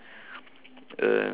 uh